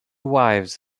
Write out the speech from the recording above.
wives